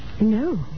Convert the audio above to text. No